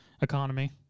economy